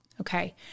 Okay